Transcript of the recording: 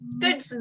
good